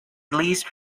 least